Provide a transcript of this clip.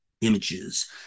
images